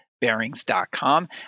bearings.com